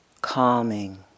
Calming